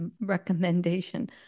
recommendation